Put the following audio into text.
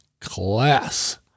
class